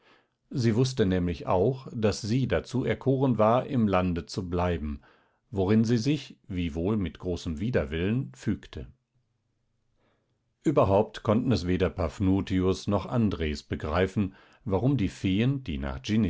sie wußte nämlich auch daß sie dazu erkoren war im lande zu bleiben worin sie sich wiewohl mit großem widerwillen fügte überhaupt konnten es weder paphnutius noch andres begreifen warum die feen die nach